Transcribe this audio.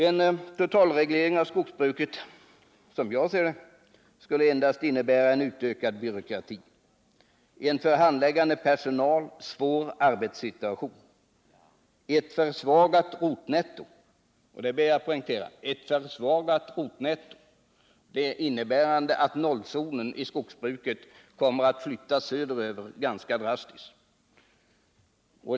En totalreglering av skogsbruket skulle, som jag ser det, endast innebära en utökad byråkrati, en för handläggande personal svår arbetssituation och ett försvagat rotnetto— och det vill jag poängtera, för det innebär att 0-zonen i skogsbruket ganska drastiskt kommer att flyttas söderut.